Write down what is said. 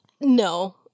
No